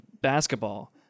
basketball